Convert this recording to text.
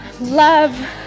Love